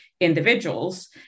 individuals